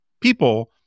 people